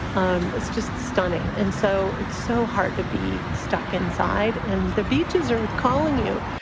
um it's just stunning. and so it's so hard to be stuck inside. and the beaches are calling you.